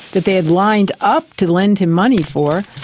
that they had lined up to lend him money for,